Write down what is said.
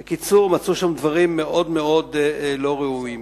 בקיצור, מצאו שם דברים מאוד מאוד לא ראויים.